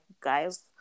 guys